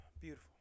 Beautiful